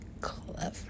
clever